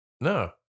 No